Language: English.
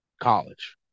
college